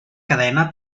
cadena